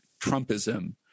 Trumpism